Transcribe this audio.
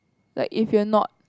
like if you are not